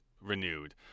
renewed